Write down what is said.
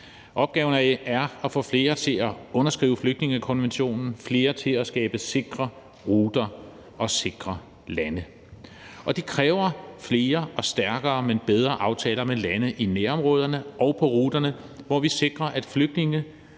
Opgaven er at få flere til at underskrive flygtningekonventionen og få flere til at skabe sikre ruter og sikre lande. Det kræver flere og stærkere, men også bedre aftaler med lande i nærområderne og på ruterne, hvor vi sikrer, at flygtninge